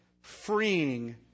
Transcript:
freeing